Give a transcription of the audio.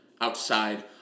outside